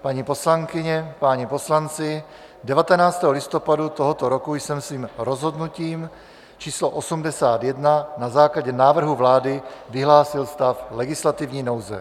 Paní poslankyně, páni poslanci, 19. listopadu tohoto roku jsem svým rozhodnutím číslo 81 na základě návrhu vlády vyhlásil stav legislativní nouze.